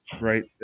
right